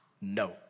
no